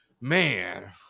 Man